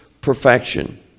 perfection